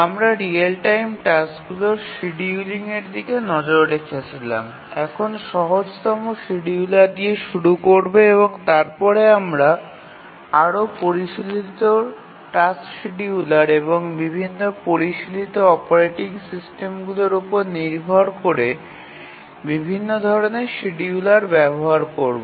আমরা real time টাস্কগুলির শিডিয়ুলিংয়ের দিকে নজর রেখেছিলাম এবং এখন সহজতম শিডিয়ুলার দিয়ে শুরু করব এবং তারপরে আমরা আরও পরিশীলিত টাস্ক শিডিয়ুলার এবং বিভিন্ন পরিশীলিত অপারেটিং সিস্টেমগুলি উপর নির্ভর করে বিভিন্ন ধরণের শিডিয়ুলার ব্যবহার করব